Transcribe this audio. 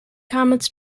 comets